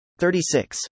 36